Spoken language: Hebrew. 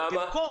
למה?